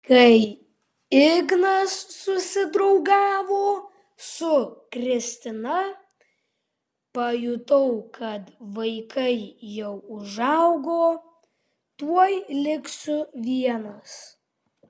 kai ignas susidraugavo su kristina pajutau kad vaikai jau užaugo tuoj liksiu vienas